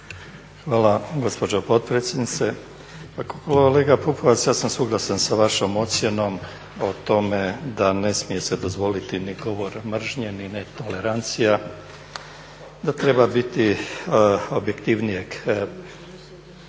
Hvala gospođo potpredsjednice. Pa kolega Pupovac ja sam suglasan sa vašom ocjenom o tome da ne smije se dozvoliti ni govor mržnje, ni netolerancija, da treba biti objektivnijeg